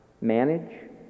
Manage